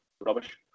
rubbish